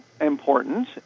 important